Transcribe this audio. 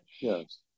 Yes